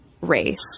race